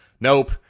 Nope